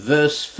Verse